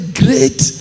great